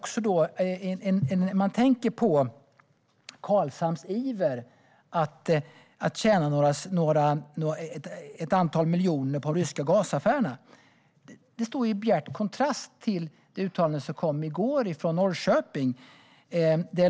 Karlshamns iver att tjäna ett antal miljoner på affärer med rysk gas står i bjärt kontrast till det uttalande som i går kom från Norrköping.